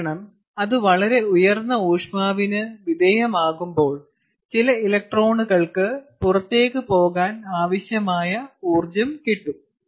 കാരണം അത് വളരെ ഉയർന്ന ഊഷ്മാവിന് വിധേയമാകുമ്പോൾ ചില ഇലക്ട്രോണുകൾക്ക് പുറത്തേക്ക് പോകാൻ ആവശ്യമായ ഊർജ്ജം കിട്ടും